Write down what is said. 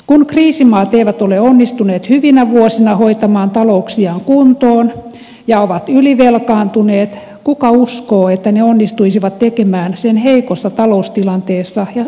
kun kriisimaat eivät ole onnistuneet hyvinä vuosina hoitamaan talouksiaan kuntoon ja ovat ylivelkaantuneet kuka uskoo että ne onnistuisivat tekemään sen heikossa taloustilanteessa ja suurtyöttömyyden aikana